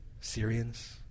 Syrians